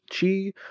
Chi